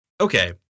Okay